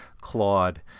Claude